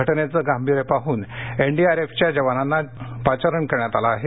घटनेचं गांभीर्य पाहून एनडीआरएफच्या जवानांना जणांना पाचारण करण्यात आलं आहे